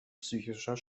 psychischer